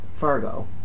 Fargo